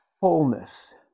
fullness